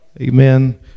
Amen